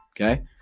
okay